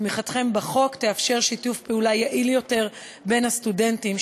תמיכתכם בחוק תאפשר שיתוף פעולה יעיל יותר בין הסטודנטים,